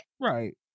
right